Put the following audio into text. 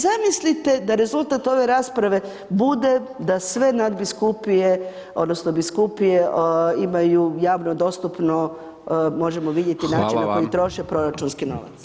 Zamislite da rezultat ove rasprave bude da sve Nadbiskupije odnosno Biskupije imaju javno dostupno, možemo vidjeti način na koji troše proračunski novac.